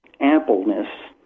ampleness